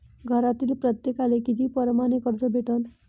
घरातील प्रत्येकाले किती परमाने कर्ज भेटन?